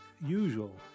usual